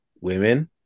women